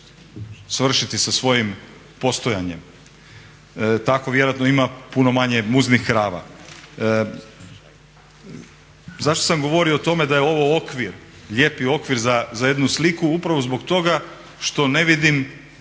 svršiti sa svojim postojanjem. Tako vjerojatno ima puno manje muznih krava. Zašto sam govorio o tome da je ovo okvir, lijepi okvir za jednu sliku upravo zbog toga što ne vidim